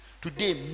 Today